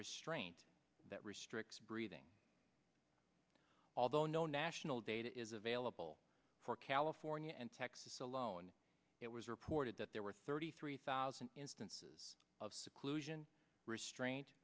restraint that restricts breathing although no national data is available for california and texas alone it was reported that there were thirty three thousand instances of seclusion restraint